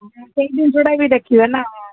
ହଁ ସେଇ ଜିନଷଟା ବି ଦେଖିବେ ନା ହଁ